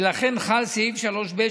ולכן חל סעיף 3ב,